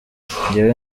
njyewe